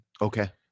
Okay